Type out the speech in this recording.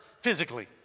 physically